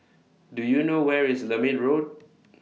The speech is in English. Do YOU know Where IS Lermit Road